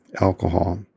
alcohol